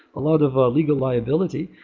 a lot of ah legal liability.